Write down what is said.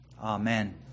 amen